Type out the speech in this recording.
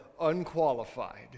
unqualified